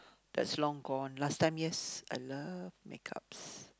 that's long gone last time yes I love makeups